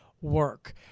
work